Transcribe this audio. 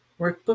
workbook